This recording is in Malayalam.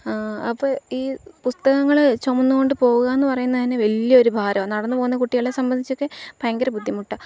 ആ അപ്പോള് ഈ പുസ്തകങ്ങള് ചുമന്നു കൊണ്ടുപോവുകയെന്നു പറയുന്നതുതന്നെ വലിയൊരു ഭാരമാണ് നടന്നുപോകുന്ന കുട്ടികളെ സംബന്ധിച്ചൊക്കെ ഭയങ്കര ബുദ്ധിമുട്ടാണ്